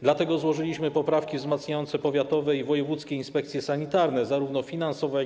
Dlatego złożyliśmy poprawki wzmacniające powiatowe i wojewódzkie inspekcje sanitarne zarówno finansowo, jak